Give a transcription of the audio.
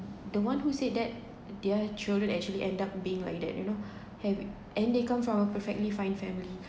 the one who said that their children actually end up being like that you know have and they come from a perfectly fine family